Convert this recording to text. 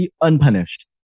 unpunished